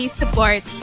support